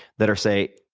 that are, say,